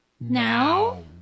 Now